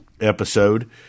episode